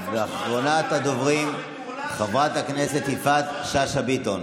אחרונת הדוברים, חברת הכנסת יפעת שאשא ביטון.